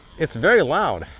it's very loud.